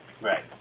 Right